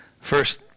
first